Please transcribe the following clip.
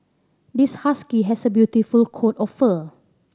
this husky has a beautiful coat of fur